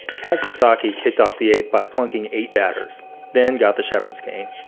kasaki kicked off the eight by plunking eight batters then got the shepherd's game.